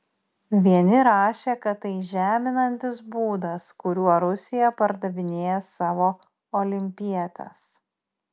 vieni rašė kad tai žeminantis būdas kuriuo rusija pardavinėja savo olimpietes